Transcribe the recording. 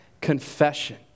confession